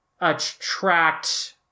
attract